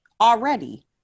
already